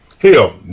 Hell